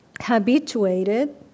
habituated